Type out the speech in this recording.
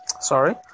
Sorry